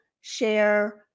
share